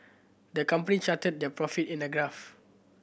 the company charted their profit in a graph